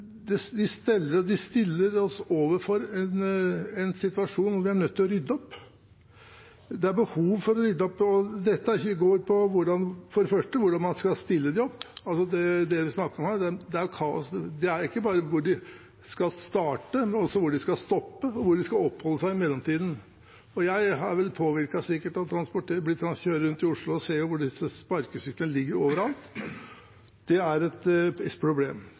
behov for å rydde opp. Dette går på for det første hvordan man skal stille dem opp. Det er snakk om kaos her – det gjelder ikke bare hvor de skal starte, men også hvor de skal stoppe, og hvor de skal være i mellomtiden. Jeg er sikkert påvirket av at jeg kjører rundt i Oslo og ser at disse syklene ligger overalt. Det er et problem.